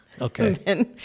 Okay